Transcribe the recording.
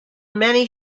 many